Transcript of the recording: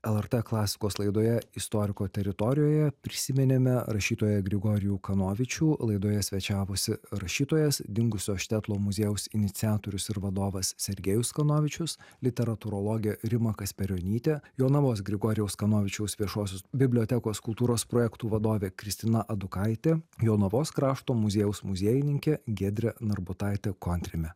lrt klasikos laidoje istoriko teritorijoje prisiminėme rašytoją grigorijų kanovičių laidoje svečiavosi rašytojas dingusio štetlo muziejaus iniciatorius ir vadovas sergejus kanovičius literatūrologė rima kasperionytė jonavos grigorijaus kanovičiaus viešosios bibliotekos kultūros projektų vadovė kristina adukaitė jonavos krašto muziejaus muziejininkė giedrė narbutaitė kontrimė